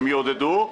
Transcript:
הם יעודדו,